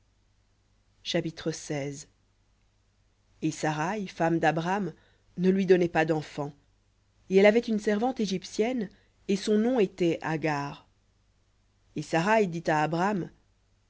chapitre et saraï femme d'abram ne lui donnait pas d'enfant et elle avait une servante égyptienne et son nom était agar et saraï dit à abram